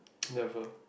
never